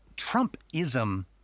Trumpism